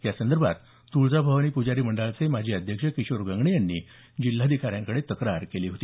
यासंदर्भात तुळजाभवानी पुजारी मंडळाचे माजी अध्यक्ष किशोर गंगणे यांनी जिल्हाधिकाऱ्यांकडे तक्रार केली होती